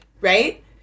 right